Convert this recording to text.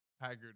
haggard